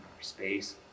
space